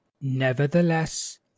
nevertheless